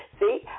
see